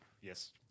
Yes